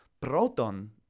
proton